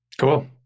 cool